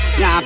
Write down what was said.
Now